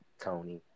Tony